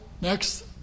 next